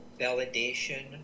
validation